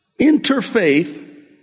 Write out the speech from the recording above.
interfaith